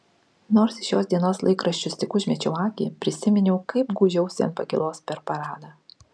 nors į šios dienos laikraščius tik užmečiau akį prisiminiau kaip gūžiausi ant pakylos per paradą